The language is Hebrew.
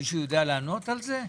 מישהו יודע לענות על זה?